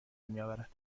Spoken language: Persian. میآورد